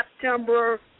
September